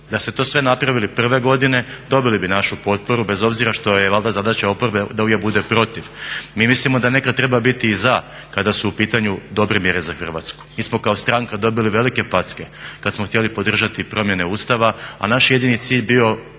Da ste to sve napravili prve godine dobili bi našu potporu bez obzira što je valjda zadaća oporbe da uvijek bude protiv. Mi mislimo da nekada treba biti i za kada su u pitanju dobre mjere za Hrvatsku. Mi smo kao stranka dobili velike packe kada smo htjeli podržati promjene Ustava a naš je jedini cilj bio